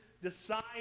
decide